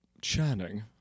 Channing